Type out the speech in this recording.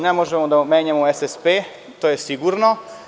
Ne možemo da menjamo SSP, to je sigurno.